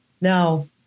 Now